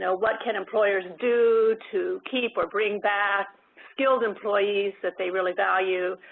so what can employers do to keep or bring back skilled employees that they really value,